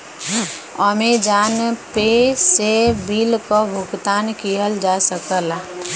Amazon Pay से bill क भुगतान किहल जा सकला